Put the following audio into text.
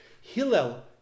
Hillel